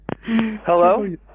Hello